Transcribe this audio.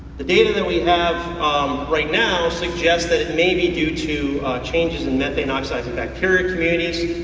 the data that we have right now suggests that it may be due to changes in methane-oxidizing bacteria communities.